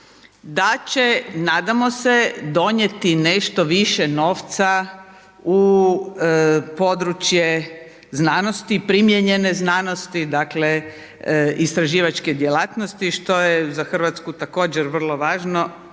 da će nadamo se donijeti nešto više novca u područje znanosti, primijenjene znanosti, dakle istraživačke djelatnosti što je za Hrvatsku također vrlo važno